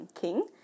King